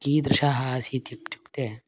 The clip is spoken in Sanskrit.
कीदृशः आसीदित्युक्ते